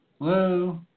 Hello